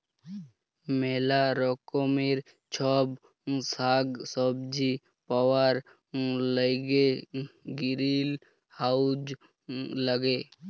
ম্যালা রকমের ছব সাগ্ সবজি পাউয়ার ল্যাইগে গিরিলহাউজ ল্যাগে